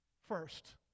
First